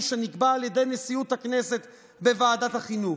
שנקבע על ידי נשיאות הכנסת בוועדת החינוך,